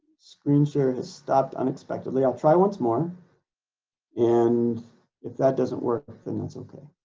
screenshare has stopped unexpectedly. i'll try once more and if that doesn't work then that's okay.